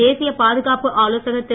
தேசிய பாதுகாப்பு ஆலோசகர் திரு